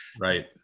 Right